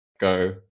go